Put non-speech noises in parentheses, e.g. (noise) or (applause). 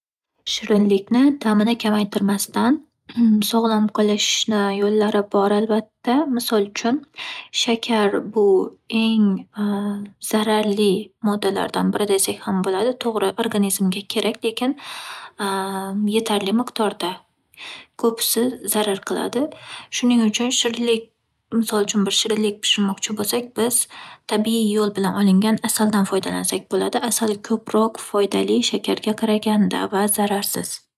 Shirinlikni ta'mini kamaytirmasdan, sog'lom qilishni yo'llari bor albatta. Misol uchun, shakar bu eng (hesitation) zararli moddalardan biri desak ham bo'ladi, to'g'ri, organizmga kerak, lekin yetarli miqdorda. Ko'pisi zarar qiladi. Shuning uchun shirinlik- misol uchun bir shirinlik pishirmoqchi bo'lsak, biz tabiiy yo'l bilan olingan asaldan foydalansak bo'ladi. Asal ko'proq foydali shakarga qaraganda va zararsiz.